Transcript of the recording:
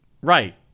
right